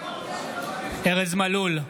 ארז מלול,